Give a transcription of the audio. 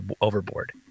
overboard